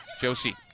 Josie